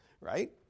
right